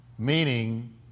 Meaning